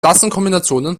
tastenkombinationen